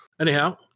Anyhow